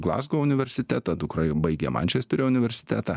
glazgo universitetą dukra baigė mančesterio universitetą